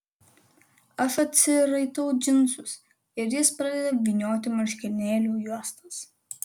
aš atsiraitau džinsus ir jis pradeda vynioti marškinėlių juostas